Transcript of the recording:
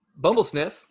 Bumblesniff